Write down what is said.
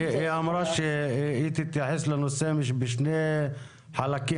היא אמרה שהיא תתייחס לנושא בשני חלקים.